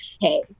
hey